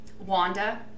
Wanda